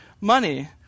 money